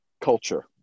culture